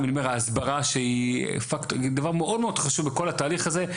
ההסברה שהיא דבר מאוד חשוב בכל התהליך הזה,